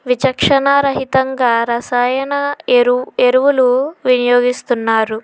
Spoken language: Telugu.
విచక్షణారహితంగా రసాయన ఎరువు ఎరువులు వినియోగిస్తున్నారు